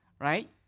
Right